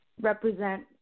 represent